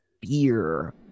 Beer